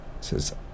says